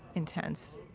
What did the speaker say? intense.